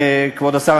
כבוד השר,